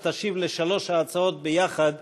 אז תשיב על שלוש ההצעות יחד